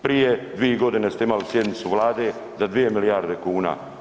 Prije 2 godine ste imali sjednicu Vlade za 2 milijarde kuna.